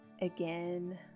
Again